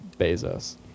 Bezos